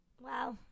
Wow